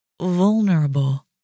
vulnerable